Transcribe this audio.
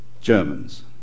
Germans